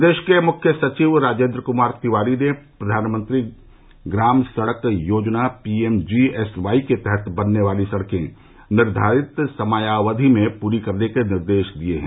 प्रदेश के मुख्य सचिव राजेन्द्र कुमार तिवारी ने प्रधानमंत्री ग्राम सड़क योजना पीएमजीएसवाई के तहत बनने वाली सड़के निर्धारित समयावधि में पूरी करने का निर्देश दिया है